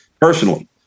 personally